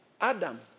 Adam